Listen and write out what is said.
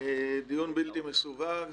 דיון בלתי מסווג.